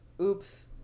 Oops